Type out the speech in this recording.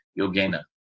yogena